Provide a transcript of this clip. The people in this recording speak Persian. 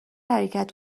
حرکت